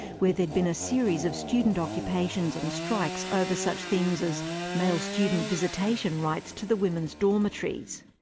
where there had been a series of student occupations and strikes over such things as male student visitation rights to the women's dormitories.